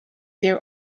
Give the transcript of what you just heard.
their